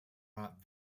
not